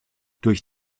durch